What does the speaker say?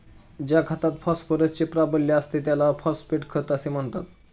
ज्या खतात फॉस्फरसचे प्राबल्य असते त्याला फॉस्फेट खत असे म्हणतात